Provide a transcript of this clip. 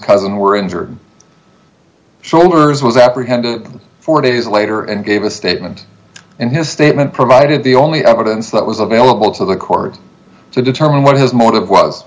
cousin were injured shoulders was apprehended four days later and gave a statement and his statement provided the only evidence that was available to the court to determine what his motive was